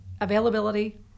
availability